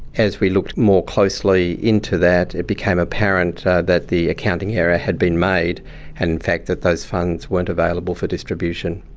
as we looked more closely into that it became apparent that the accounting error had been made and in fact that those funds weren't available for distribution.